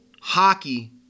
hockey